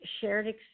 shared